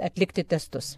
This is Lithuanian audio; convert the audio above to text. atlikti testus